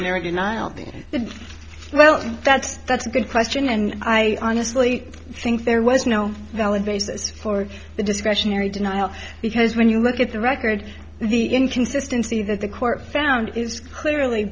the well that's that's a good question and i honestly think there was no valid basis for the discretionary denial because when you look at the record the inconsistency that the court found is clearly